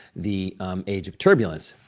the age of turbulence.